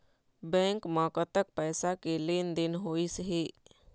Bank म कतक पैसा के लेन देन होइस हे?